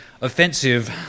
offensive